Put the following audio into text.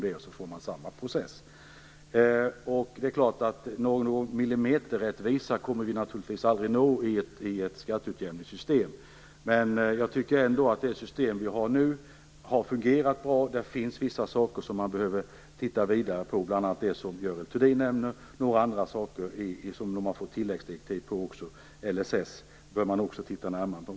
Därmed får man samma process igen. Millimeterrättvisa kommer vi naturligtvis aldrig att uppnå i ett skatteutjämningssystem. Jag tycker ändå att nuvarande system har fungerat bra. Där finns det dock vissa saker som man behöver titta ytterligare på, bl.a. det som Görel Thurdin nämner. Det gäller också några andra saker som man fått tilläggsdirektiv om. LSS bör man också titta närmare på.